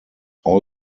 all